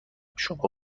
شما